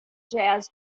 jazz